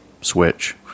Switch